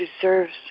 deserves